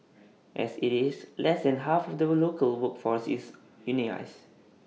as IT is less than half of the local workforce is unionised